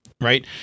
right